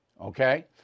Okay